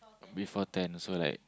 before ten so like